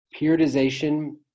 periodization